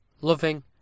loving